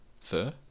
fur